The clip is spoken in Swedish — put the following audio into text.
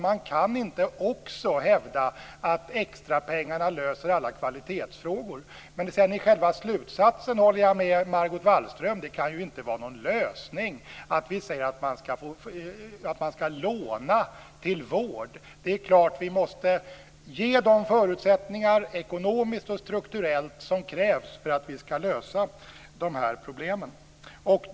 Man kan inte också hävda att extrapengarna löser alla kvalitetsfrågor. Men i själva slutsatsen håller jag med Margot Wallström. Det kan inte vara någon lösning att man skall låna till vård. Vi måste ge de förutsättningar ekonomiskt och strukturellt som krävs för att vi skall lösa dessa problem.